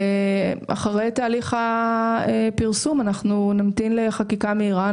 אחרי תהליך הפרסום אנחנו נמתין לחקיקה מהירה.